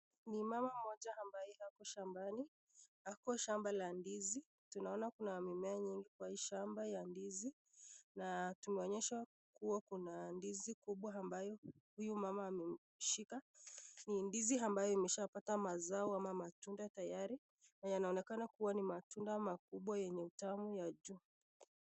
Ni mama moja ambaye ako shambani. Ako shamba la ndizi. Tunaona kuna mimea mingi kwa hii shamba ya ndizi na tumeonyeshwa kuwa kuna ndizi ambayo huyu mama ameshika. Ni ndizi ambayo ishapata mazao au matunda tayari yanaonekana kuwa ni matunda makubwa yenye utamu ya juu.